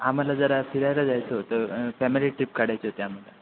आम्हाला जरा फिरायला जायचं होतं फॅमिली ट्रीप काढायची होती आम्हाला